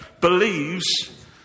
believes